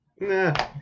nah